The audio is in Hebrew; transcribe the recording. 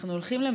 אני מקווה שלא,